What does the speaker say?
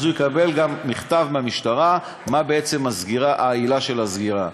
אז הוא יקבל גם מכתב מהמשטרה מה העילה של הסגירה.